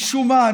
משום מה,